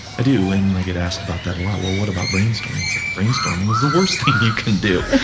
i do, and i get asked about that a lot. well, what about brainstorming? it's like brainstorming is the worst thing you can do.